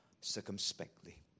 circumspectly